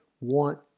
want